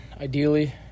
ideally